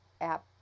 App